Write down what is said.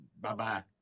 Bye-bye